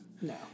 No